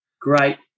great